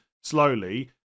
slowly